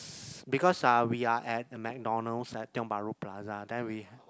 s~ because uh we are at the McDonald's at Tiong-Bahru Plaza then we